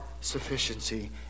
sufficiency